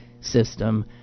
system